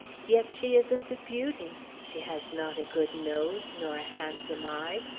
yet she isn't a beauty she has not a good nose, nor a handsome eye,